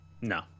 No